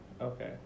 okay